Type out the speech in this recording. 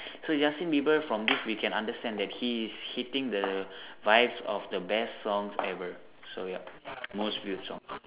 so Justin Bieber from this we can understand that he is hitting the vice of the best song ever so ya most view songs